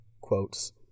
quotes